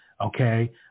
Okay